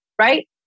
right